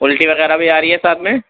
الٹی وغیرہ بھی آ رہی ہے ساتھ میں